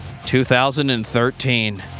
2013